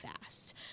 fast